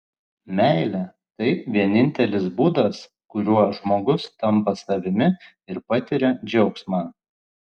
meilė tai vienintelis būdas kuriuo žmogus tampa savimi ir patiria džiaugsmą